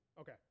Okay